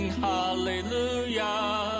hallelujah